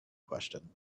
question